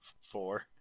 Four